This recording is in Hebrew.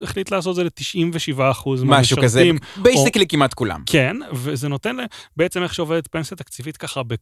החליט לעשות את זה לתשעים ושבעה אחוז. משהו כזה, בייסקלי כמעט כולם. כן, וזה נותן להם, בעצם איך שעובדת פנסיה תקציבית ככה